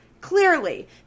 Clearly